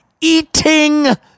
eating